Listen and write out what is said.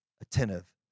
attentive